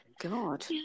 God